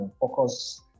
focus